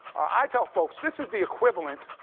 i tell folks, this is the equivalent,